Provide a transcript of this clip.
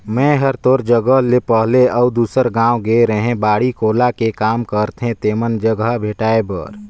मेंए हर तोर जगह ले पहले अउ दूसर गाँव गेए रेहैं बाड़ी कोला के काम ल करथे तेमन जघा भेंटाय बर